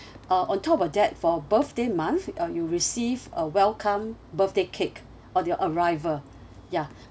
uh on top of that for birthday month uh you'll receive a welcome birthday cake on your arrival ya